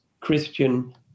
Christian